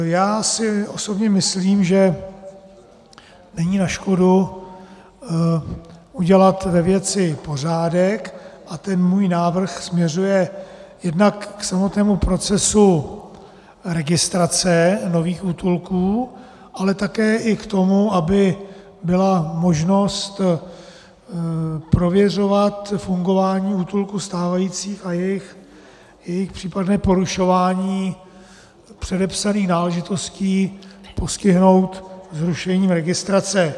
Já si osobně myslím, že není na škodu udělat ve věci pořádek, a ten můj návrh směřuje jednak k samotnému procesu registrace nových útulků, ale také k tomu, aby byla možnost prověřovat fungování útulků stávajících a jejich případné porušování předepsaných náležitostí postihnout zrušením registrace.